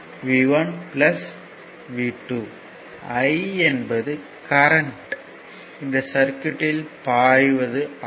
I என்பது current இந்த circuit இல் பாய்வது ஆகும்